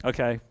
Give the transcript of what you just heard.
Okay